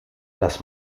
las